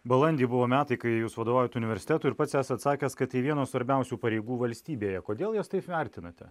balandį buvo metai kai jūs vadovaujat universitetui ir pats esat sakęs kad tai vienas svarbiausių pareigų valstybėje kodėl jas taip vertinate